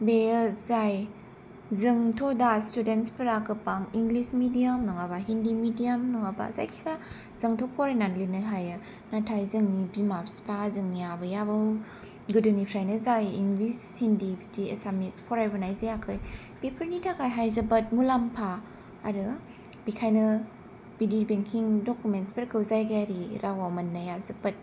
बेयो जाय जोंथ' दा स्टुडेन्टसफोरा गोबां इंलिस मिडियाम नङाबा हिन्दि मिडियाम नङाबा जायखि जाया जोंथ' फरायनानै लिरनो हायो नाथाय जोंनि बिमा बिफा जोंनि आबै आबौ गोदोनिफ्रायनो जाय इंलिस हिन्दि बिदि एसामिस फरायबोनाय जायाखै बेफोरनि थाखायहाय जोबोद मुलाम्फा आरो बेखायनो बिदि बेंकिं डुकुमेन्टसफोरखौ जायगायारि रावआव मोन्नाया जोबोद